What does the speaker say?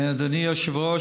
אדוני היושב-ראש,